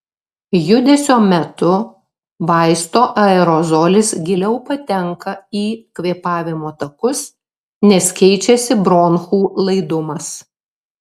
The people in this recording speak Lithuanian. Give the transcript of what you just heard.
judesio metu vaisto aerozolis giliau patenka į kvėpavimo takus nes keičiasi bronchų laidumas